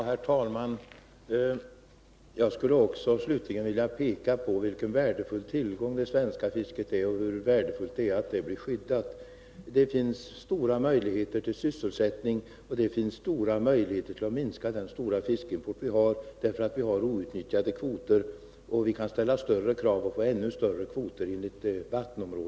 Herr talman! Jag skall slutligen peka på vilken värdefull tillgång det svenska fisket är och hur värdefullt det är att det blir skyddat. Där finns stora möjligheter till sysselsättning, och det finns stora möjligheter till att minska den stora fiskimport vi har. Vi har ju outnyttjade kvoter, och vi kan ställa större krav på att få ännu större kvoter.